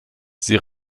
sie